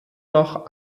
noch